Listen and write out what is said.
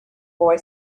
boy